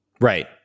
Right